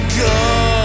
go